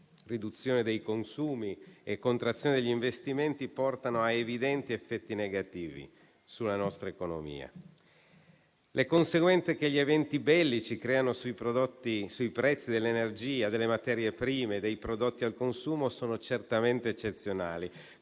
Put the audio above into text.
Riduzione dei consumi e contrazione degli investimenti portano a evidenti effetti negativi sulla nostra economia. Le conseguenze che gli eventi bellici creano sui prezzi dell'energia, delle materie prime e dei prodotti al consumo sono certamente eccezionali;